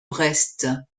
brest